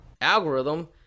algorithm